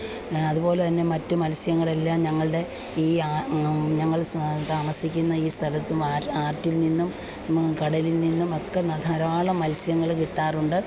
അതുപോലെ തന്നെ മറ്റ് മത്സ്യങ്ങളെല്ലാം ഞങ്ങളുടെ ഈ ആ ഞങ്ങൾ താമസിക്കുന്ന ഈ സ്ഥലത്ത് ആറ്റിൽ നിന്നും കടലിൽ നിന്നുമൊക്കെ ധാരാളം മത്സ്യങ്ങൾ കിട്ടാറുണ്ട്